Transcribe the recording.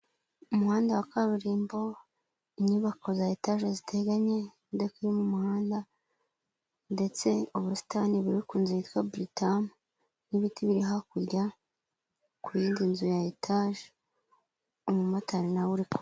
Umuhanda wa kaburimbo, inyubako za etaje ziteganye impande y'uwo muhanda, ndetse ubusitani burikunzu yitwa Buritamu n'ibiti biri hakurya ku yindi nzu ya etaje, umumotari nawe uri ku hanyura.